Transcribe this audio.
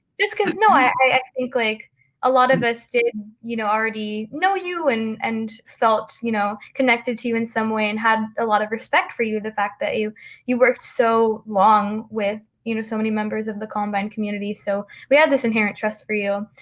just because, no i think like a lot of us did, you know, already know you and and felt, you know, connected to you in some way and had a lot of respect for you the fact that you you worked so long with, you know, so many members of the columbine community. so we had this inherent trust for you.